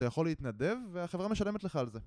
אתה יכול להתנדב והחברה משלמת לך על זה